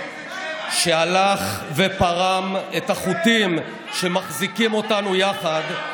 שהלך ופרם את החוטים שמחזיקים אותנו יחד,